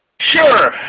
sure,